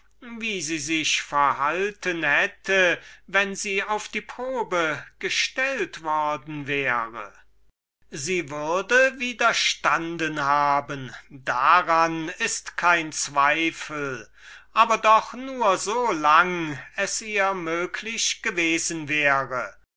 wie sie sich verhalten hätte wenn sie auf die probe gestellt worden wäre sie würde widerstanden haben daran ist kein zweifel aber setzet hinzu so lang es ihr möglich gewesen wäre